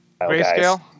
Grayscale